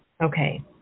Okay